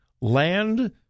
land